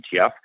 ETF